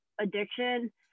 addiction